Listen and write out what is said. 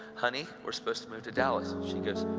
honey, we're supposed to move to dallas. and she says,